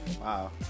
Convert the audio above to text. Wow